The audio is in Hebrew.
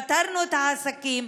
פטרנו את העסקים,